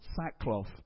sackcloth